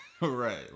Right